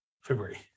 February